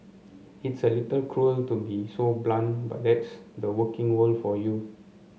it's a little cruel to be so blunt but that's the working world for you